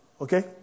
okay